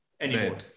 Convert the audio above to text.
anymore